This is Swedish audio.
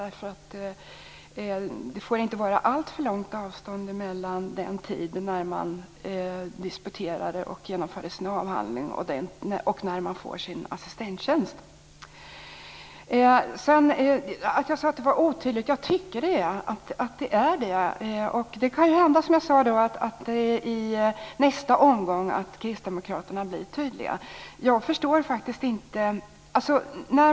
Det får nämligen inte vara alltför långt avstånd mellan den tidpunkt då man disputerar och genomför sin avhandling och den tidpunkt då man får sin assistenttjänst. Jag tycker faktiskt att motionen är otydlig. Men som jag sade kan det ju hända att Kristdemokraterna blir tydliga i nästa omgång.